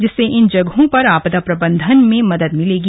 जिससे इन जगहों पर आपदा प्रबंधन में मदद मिलेगी